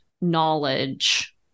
knowledge